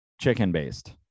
Chicken-based